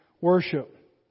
worship